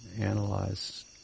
analyze